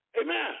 Amen